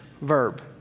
verb